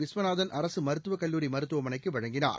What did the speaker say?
விஸ்வநாதன் அரசு மருத்துவக்கல்லூரி மருத்துவமனைக்கு வழங்கினார்